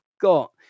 got